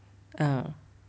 uh